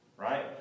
Right